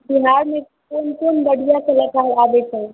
बिहारमे कोन कोन बढ़िआँ कलाकार आबै छै